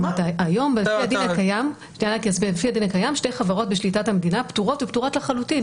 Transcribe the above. היום לפי הדין הקיים שתי חברות בשליטת המדינה פטורות ופטורות לחלוטין,